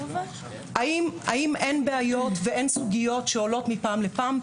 האם אין בעיות ואין סוגיות שעולות מפעם לפעם?